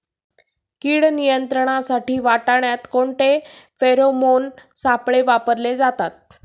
कीड नियंत्रणासाठी वाटाण्यात कोणते फेरोमोन सापळे वापरले जातात?